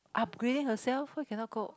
upgrade herself why cannot go